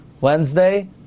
Wednesday